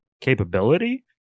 capability